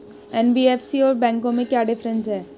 NBFC और बैंकों में क्या डिफरेंस है?